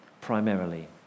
Primarily